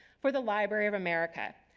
for the library of america.